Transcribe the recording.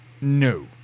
No